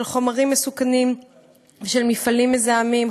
של חומרים מסוכנים ושל מפעלים מזהמים,